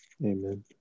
Amen